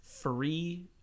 free